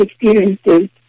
experiences